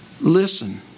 listen